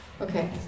Okay